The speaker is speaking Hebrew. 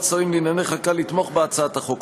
השרים לענייני חקיקה לתמוך בהצעת החוק,